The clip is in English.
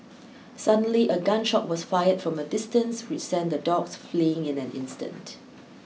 suddenly a gun shot was fired from a distance which sent the dogs fleeing in an instant